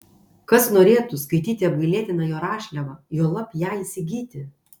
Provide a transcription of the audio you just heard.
kas norėtų skaityti apgailėtiną jo rašliavą juolab ją įsigyti